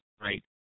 right